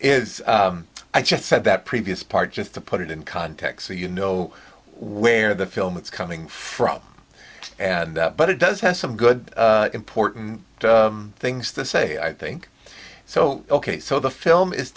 is i just said that previous part just to put it in context so you know where the film it's coming from and but it does have some good important things to say i think so ok so the film is